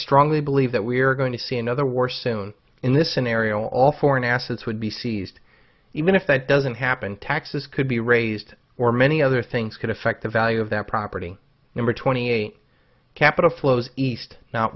strongly believe that we're going to see another war soon in this scenario all foreign assets would be seized even if that doesn't happen taxes could be raised or many other things could affect the value of that property number twenty eight capital flows east